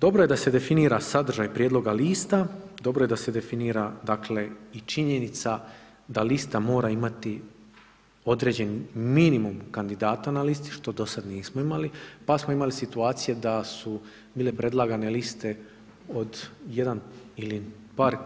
Dobro je da se definira sadržaj prijedloga lista dobro je da se definira, dakle, i činjenica da lista mora imati određeni minimum kandidata na listi, što do sad nismo imali, pa smo imali situacije da su bile predlagane liste od jedan ili par